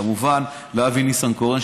וכמובן לאבי ניסנקורן,